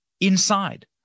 inside